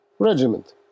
Regiment